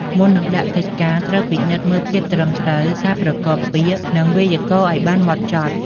មុននឹងដាក់កិច្ចការ ត្រូវពិនិត្យមើលភាពត្រឹមត្រូវ ការប្រកបពាក្យ និងវេយ្យាករណ៍ឱ្យបានហ្មត់ចត់។